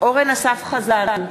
אורן אסף חזן,